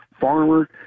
farmer